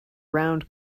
round